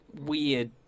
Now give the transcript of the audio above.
weird